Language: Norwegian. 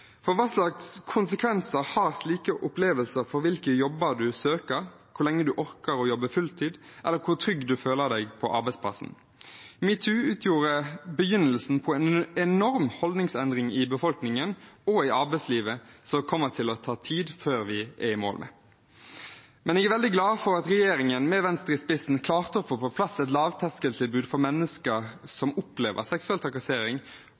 Hva slags konsekvenser har slike opplevelser for hvilke jobber man søker, hvor lenge man orker å jobbe fulltid, eller hvor trygg man føler seg på arbeidsplassen? Metoo utgjorde begynnelsen på en enorm holdningsendring i befolkningen og i arbeidslivet som det kommer til å ta tid før vi er i mål med. Jeg er veldig glad for at regjeringen med Venstre i spissen klarte å få på plass et lavterskeltilbud for mennesker som opplever seksuell trakassering,